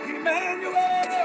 Emmanuel